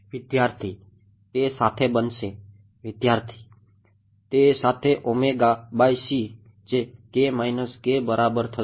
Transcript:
વિદ્યાર્થી તે સાથે બનશે વિદ્યાર્થી તે સાથે ઓમેગાc જે kr - ki બરાબર થશે